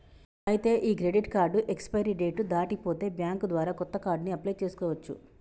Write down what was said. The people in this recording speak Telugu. ఐతే ఈ క్రెడిట్ కార్డు ఎక్స్పిరీ డేట్ దాటి పోతే బ్యాంక్ ద్వారా కొత్త కార్డుని అప్లయ్ చేసుకోవచ్చు